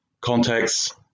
contexts